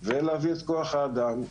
ולהביא את כוח האדם.